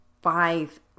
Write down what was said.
five